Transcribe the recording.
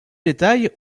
détails